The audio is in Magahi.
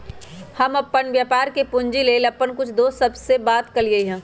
हम अप्पन व्यापार के पूंजी लेल अप्पन कुछ दोस सभ से बात कलियइ ह